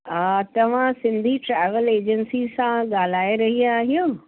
हा तव्हां Sindhi travel agency सां ॻाल्हाए रही आहियो